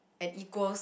and equals